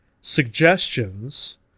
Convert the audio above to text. suggestions